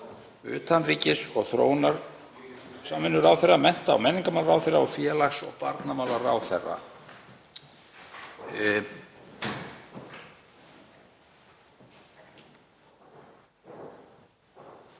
utanríkis- og þróunarsamvinnuráðherra, mennta- og menningarmálaráðherra og félags- og barnamálaráðherra.